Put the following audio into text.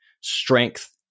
strength